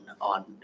on